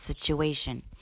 situation